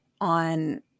on